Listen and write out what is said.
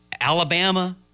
Alabama